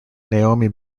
naomi